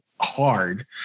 hard